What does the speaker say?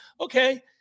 Okay